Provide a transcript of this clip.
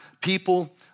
people